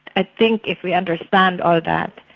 i think if we understand all that,